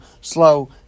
slow